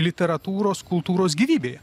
literatūros kultūros gyvybėje